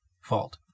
fault